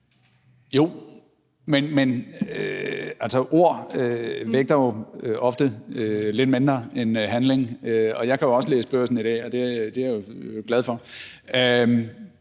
Jo, men ord vægter jo ofte lidt mindre end handling, og jeg kan også læse Børsen i dag, og det er jeg jo glad for.